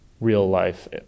real-life